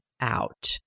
out